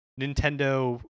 nintendo